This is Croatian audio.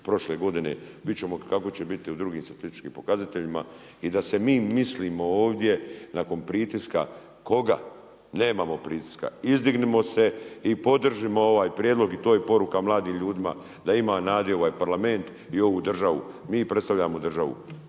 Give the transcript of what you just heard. prošle godine, vidjeti ćemo kako će biti u drugim statističkim pokazateljima i da se mi mislimo ovdje nakon pritiska. Koga? Nemamo pritiska. Izdignimo se i podržimo ovaj prijedlog i to je poruka mladim ljudima da ima nada u ovaj Parlament i ovu državu. Mi predstavljamo državu.